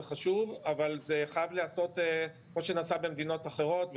זה חשוב אבל זה חייב להיעשות כמו שנעשה במדינות אחרות,